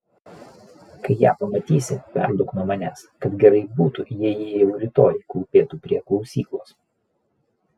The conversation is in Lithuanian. kai ją pamatysi perduok nuo manęs kad gerai būtų jei ji jau rytoj klūpėtų prie klausyklos